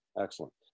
Excellent